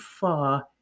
far